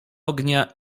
ognia